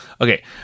Okay